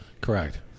Correct